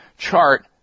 chart